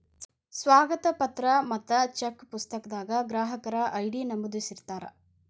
ಸ್ವಾಗತ ಪತ್ರ ಮತ್ತ ಚೆಕ್ ಪುಸ್ತಕದಾಗ ಗ್ರಾಹಕರ ಐ.ಡಿ ನಮೂದಿಸಿರ್ತಾರ